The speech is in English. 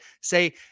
say